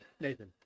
Nathan